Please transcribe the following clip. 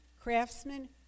craftsmen